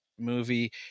movie